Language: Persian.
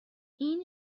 این